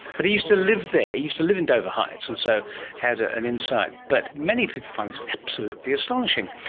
but he used to live there, he used to live in dover heights, and so had ah an insight. but many people find this absolutely astonishing.